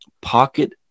pocket